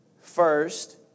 first